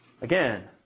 Again